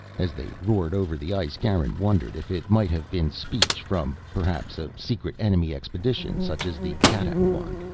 as they roared over the ice garin wondered if it might have been speech from, perhaps, a secret enemy expedition, such as the kattack one.